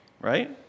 right